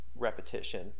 Repetition